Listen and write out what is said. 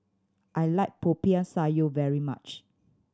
I like Popiah Sayur very much